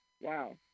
Wow